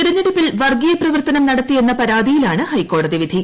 തിരഞ്ഞെടുപ്പിൽ വർഗ്ഗീയ പ്രവർത്തനം നടത്തിയെന്ന പരാതിയിലാണ് ഹൈക്കോടതി വിധി